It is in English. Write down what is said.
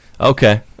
Okay